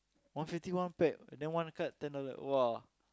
one fifty one pack then one card ten dollar !wah!